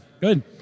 Good